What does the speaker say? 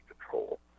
control